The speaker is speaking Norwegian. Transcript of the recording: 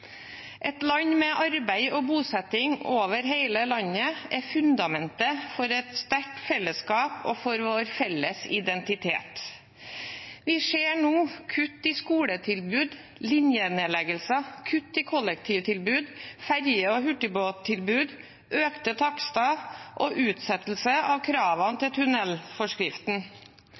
Et land med arbeid og bosetting over hele landet er fundamentet for et sterkt fellesskap og for vår felles identitet. Vi ser nå kutt i skoletilbud, linjenedleggelser, kutt i kollektiv-, ferje- og hurtigbåttilbud, økte takster og utsettelse av kravene til